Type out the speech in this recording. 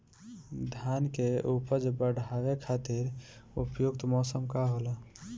धान के उपज बढ़ावे खातिर उपयुक्त मौसम का होला?